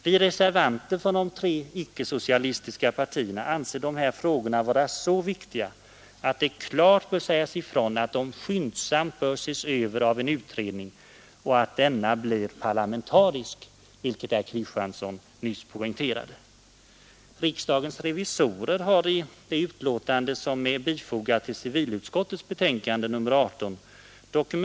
Vi reservanter från de tre icke-socialistiska partierna anser dessa frågor vara så viktiga, att det klart bör sägas ifrån att de skyndsamt bör ses över av en utredning och att denna blir parlamentarisk, vilket herr Kristiansson i Harplinge nyss poängterade.